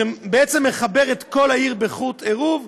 שבעצם מחבר את כל העיר בחוט עירוב,